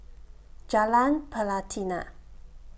Jalan Pelatina